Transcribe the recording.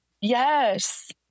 yes